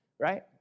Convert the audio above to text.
right